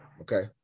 Okay